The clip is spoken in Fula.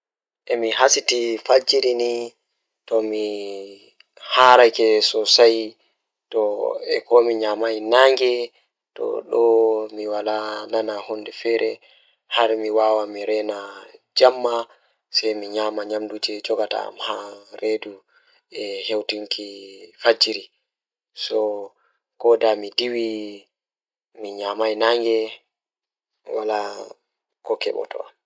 So tawii miɗo waɗa waawde nde njangol ngal njiddaade fiyaangu e hoore ngal, mi waɗataa waawi waɗude ngal goɗɗo ngam njiddaade. Miɗo waɗata waawi ɗaɓɓude ngal ngal, waawi njiddaade sabu ngal ngal. Ko ɗiɗo ngal rewɓe ngal njiddaade sabu ngal ngam ɗum njiddaade sabu ngal